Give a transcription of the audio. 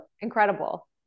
Incredible